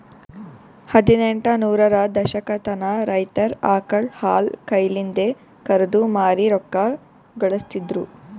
ಹದಿನೆಂಟ ನೂರರ ದಶಕತನ ರೈತರ್ ಆಕಳ್ ಹಾಲ್ ಕೈಲಿಂದೆ ಕರ್ದು ಮಾರಿ ರೊಕ್ಕಾ ಘಳಸ್ತಿದ್ರು